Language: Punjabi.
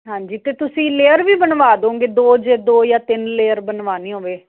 ਹਾਂਜੀ ਅਤੇ ਤੁਸੀਂ ਲੇਅਰ ਵੀ ਬਣਵਾ ਦੋਂਗੇ ਦੋ ਜ ਦੋ ਜਾਂ ਤਿੰਨ ਲੇਅਰ ਬਨਵਾਨੀ ਹੋਵੇ